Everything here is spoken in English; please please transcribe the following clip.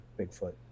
Bigfoot